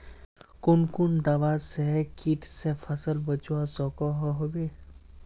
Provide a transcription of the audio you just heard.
कुन कुन दवा से किट से फसल बचवा सकोहो होबे?